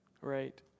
right